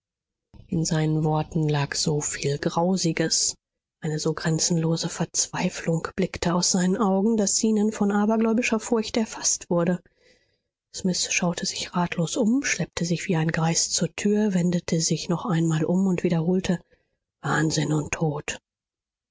in seinen worten lag so viel grausiges eine so grenzenlose verzweiflung blickte aus seinen augen daß zenon von abergläubischer furcht erfaßt wurde smith schaute sich ratlos um schleppte sich wie ein greis zur tür wendete sich noch einmal um und wiederholte wahnsinn und tod